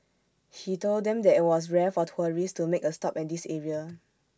he told them that IT was rare for tourists to make A stop at this area